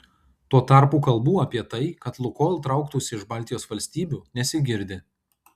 tuo tarpu kalbų apie tai kad lukoil trauktųsi iš baltijos valstybių nesigirdi